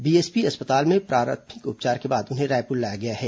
BSP अस्पताल में प्राथमिक उपचार के बाद उन्हें रायपुर लाया गया है